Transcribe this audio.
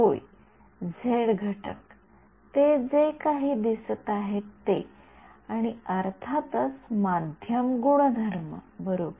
होय झेड घटक ते जे काही दिसत आहेत ते आणि अर्थातच माध्यम गुणधर्म बरोबर